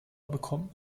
bekommt